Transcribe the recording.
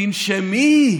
תנשמי,